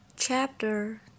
Chapter